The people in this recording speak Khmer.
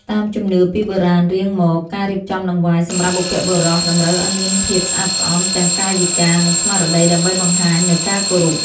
តាមជំនឿពីបុរាណរៀងមកការរៀបចំដង្វាយសម្រាប់បុព្វបុរសតម្រូវឱ្យមានភាពស្អាតស្អំទាំងកាយវិការ និងស្មារតីដើម្បីបង្ហាញនូវការគោរព។